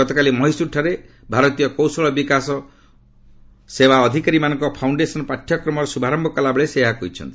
ଗତକାଲି ମହୀଶ୍ରରଠାରେ ଭାରତୀୟ କୌଶଳ ବିକାଶ ସେବା ଅଧିକାରୀମାନଙ୍କର ଫାଉଣ୍ଡେସନ୍ ପାଠ୍ୟକ୍ରମର ଶୁଭାରମ୍ଭ କଲାବେଳେ ସେ ଏହା କହିଛନ୍ତି